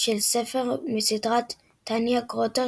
ספר מסדרת "טניה גרוטר",